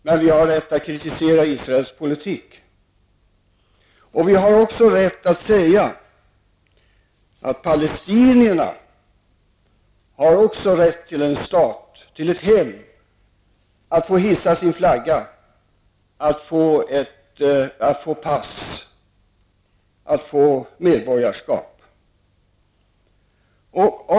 Men vi har rätt att kritisera Israels politik, och vi har också rätt att säga att även palestinierna har rätt till en stat, till ett hem, att få hissa sin flagga, att få pass och medborgarskap.